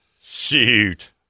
Shoot